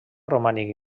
romànic